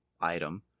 item